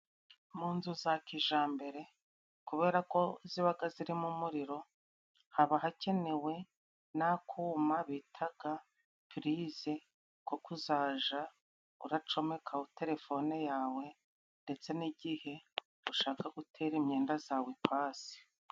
Mu nzu za kijambere kubera ko zibaga zirimo umuriro, haba hakenewe n'akuma bitaga prize ko kuzaja uracomekaho telefone yawe ndetse n'igihe ushaka gutera imyenda zawe ipasi.